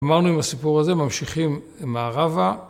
גמרנו עם הסיפור הזה, ממשיכים מערבה.